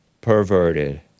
Perverted